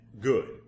good